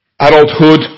adulthood